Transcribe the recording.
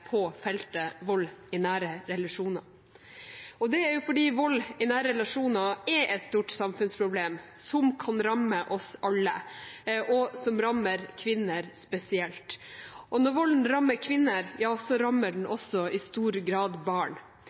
på feltet vold i nære relasjoner. Vold i nære relasjoner er et stort samfunnsproblem som kan ramme oss alle, og som rammer kvinner spesielt. Når volden rammer kvinner, rammer den også i stor grad barn.